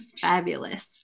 Fabulous